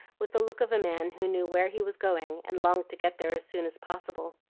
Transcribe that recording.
with the look of a man who knew where he was going and longed to get there as soon as possible.